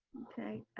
okay,